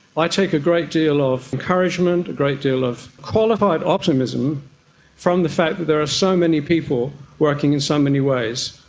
i take a great deal of encouragement, a great deal of qualified optimism from the fact that there are so many people working in so many ways.